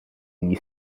gli